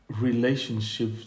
relationship